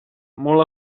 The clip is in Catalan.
molt